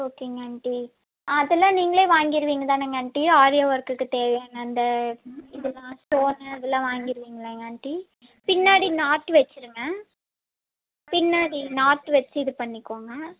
ஓகேங்க ஆண்ட்டி அதெல்லாம் நீங்களே வாங்கிருவீங்க தானங்க ஆண்ட்டி ஆரி ஒர்க்குக்கு தேவையான அந்த இதெலாம் ஸ்டோனு அதெலாம் வாங்கிருவீங்கள்லங்க ஆண்ட்டி பின்னாடி நாட்டு வச்சுருங்க பின்னாடி நாட் வச்சு இது பண்ணிக்கோங்க